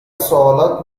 سوالات